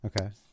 okay